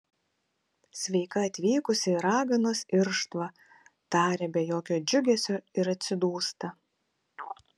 sveika atvykusi į raganos irštvą taria be jokio džiugesio ir atsidūsta